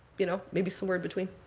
you know maybe somewhere in between.